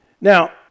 Now